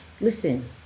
Listen